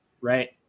right